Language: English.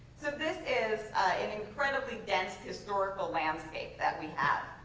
so this is an incredibly dense historical landscape that we have.